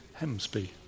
Hemsby